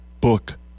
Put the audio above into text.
book